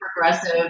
progressive